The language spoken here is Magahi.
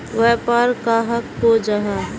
व्यापार कहाक को जाहा?